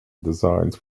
designs